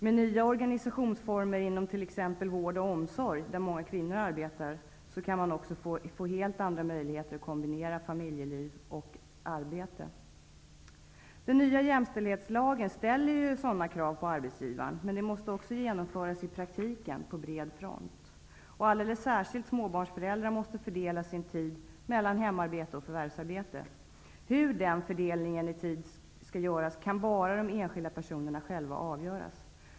Med nya organisationsformer inom t.ex. vård och omsorg, där många kvinnor arbetar, kan man få helt andra möjligheter att kombinera familjeliv och arbete. Den nya jämställdhetslagen ställer sådana krav på arbetsgivaren, men de måste också genomföras på bred front i praktiken. Särskilt småbarnsföräldrar måste fördela sin tid mellan hemarbete och förvärvsarbete. Hur den fördelningen i tid skall göras kan bara de enskilda personerna själva avgöra.